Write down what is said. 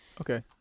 Okay